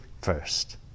first